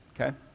okay